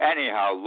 Anyhow